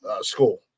school